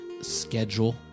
schedule